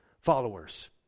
followers